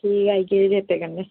ठीक ऐ आई आएओ चेते कन्नै